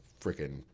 freaking